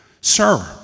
Sir